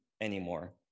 anymore